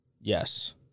Yes